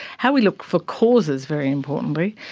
how we look for causes, very importantly,